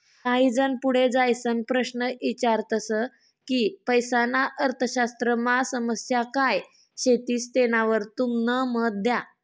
काही जन पुढे जाईसन प्रश्न ईचारतस की पैसाना अर्थशास्त्रमा समस्या काय शेतीस तेनावर तुमनं मत द्या